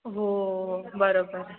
हो बरोबर